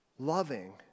loving